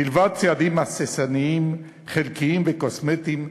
מלבד צעדים הססניים, חלקיים וקוסמטיים,